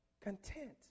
content